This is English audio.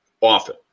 often